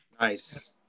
nice